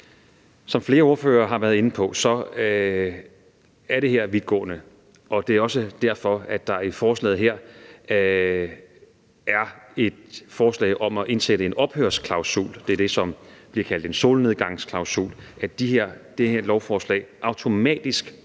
Som flere ordførere har været inde på, er det her vidtgående, og det er også derfor, at der i forslaget her er et forslag om at indsætte en ophørsklausul – det er det, som bliver kaldt en solnedgangsklausul – så det her lovforslag automatisk ophæves